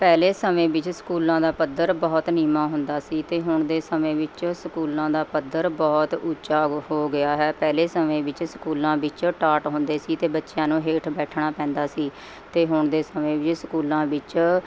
ਪਹਿਲੇ ਸਮੇਂ ਵਿੱਚ ਸਕੂਲਾਂ ਦਾ ਪੱਧਰ ਬਹੁਤ ਨੀਵਾਂ ਹੁੰਦਾ ਸੀ ਅਤੇ ਹੁਣ ਦੇ ਸਮੇਂ ਵਿੱਚ ਸਕੂਲਾਂ ਦਾ ਪੱਧਰ ਬਹੁਤ ਉੱਚਾ ਹੋ ਹੋ ਗਿਆ ਹੈ ਪਹਿਲੇ ਸਮੇਂ ਵਿੱਚ ਸਕੂਲਾਂ ਵਿੱਚ ਟਾਟ ਹੁੰਦੇ ਸੀ ਅਤੇ ਬੱਚਿਆਂ ਨੂੰ ਹੇਠ ਬੈਠਣਾ ਪੈਂਦਾ ਸੀ ਅਤੇ ਹੁਣ ਦੇ ਸਮੇਂ ਵੀ ਸਕੂਲਾਂ ਵਿੱਚ